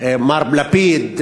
מר לפיד,